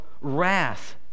wrath